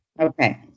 Okay